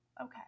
okay